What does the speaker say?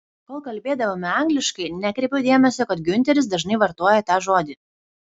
kol kalbėdavome angliškai nekreipiau dėmesio kad giunteris dažnai vartoja tą žodį